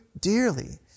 dearly